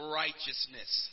righteousness